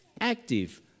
active